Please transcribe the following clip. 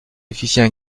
officiers